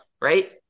right